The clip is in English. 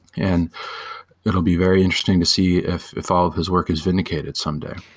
and it will be very interesting to see if if all of his work is vindicated someday.